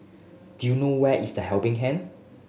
do you know where is The Helping Hand